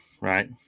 right